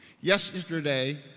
Yesterday